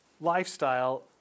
lifestyle